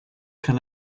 can